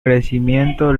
crecimiento